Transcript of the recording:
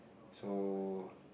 so